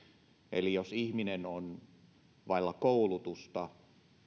eli jos ihminen on vailla koulutusta